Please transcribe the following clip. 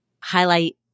highlight